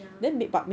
ya